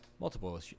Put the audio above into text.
multiple